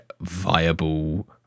viable